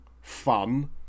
fun